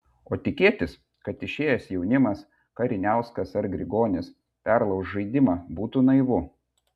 o tikėtis kad išėjęs jaunimas kariniauskas ar grigonis perlauš žaidimą būtų naivu